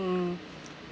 mm